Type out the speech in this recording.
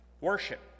worship